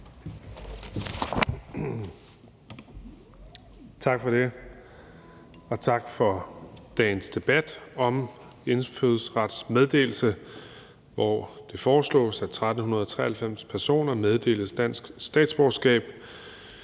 Tak for det. Og tak for dagens debat om indfødsrets meddelelse, hvor det foreslås, at 1.393 personer meddeles dansk statsborgerskab.